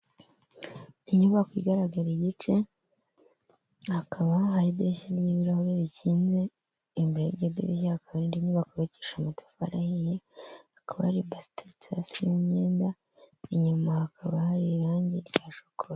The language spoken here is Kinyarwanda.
Inyubako igaragara igice, hakaba hari idirishya ry'ibirahuri rikinze, imbere y'iryo dirishya hakaba hari indi nyubako yubakishije amatafari ahiye, akaba hari ibase iteretse hasi irimo imyenda ,inyuma hakaba hari irangi rya shokora.